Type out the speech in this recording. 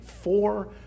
four